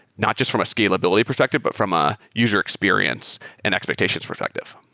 not just from a scalability perspective, but from a user experience and expectations perspective.